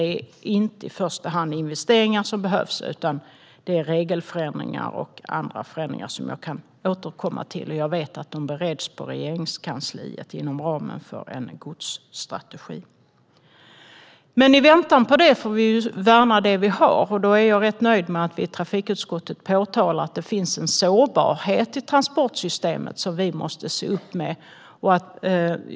Men det är inte investeringar som behövs i första hand utan regelförändringar och andra förändringar som jag kan återkomma till. Jag vet att de bereds på Regeringskansliet, inom ramen för en godsstrategi. I väntan på den får vi värna det vi har. Och jag är ganska nöjd med att trafikutskottet påpekar att det finns en sårbarhet i transportsystemet som vi måste se upp med.